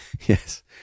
Yes